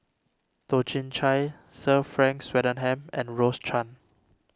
Toh Chin Chye Sir Frank Swettenham and Rose Chan